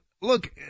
look